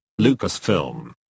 Lucasfilm